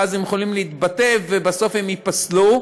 ואז הם יכולים להתבטא ובסוף הם ייפסלו.